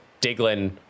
Diglin